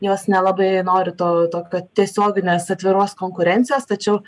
jos nelabai nori to to kad tiesioginės atviros konkurencijos tačiau